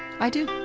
i do.